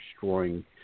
destroying